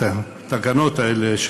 התקנות האלה,